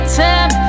time